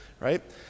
right